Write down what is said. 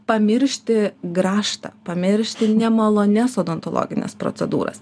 pamiršti grąžtą pamiršti nemalonias odontologines procedūras